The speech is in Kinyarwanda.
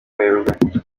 werurwe